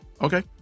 Okay